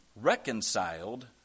reconciled